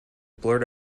blurt